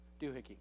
doohickey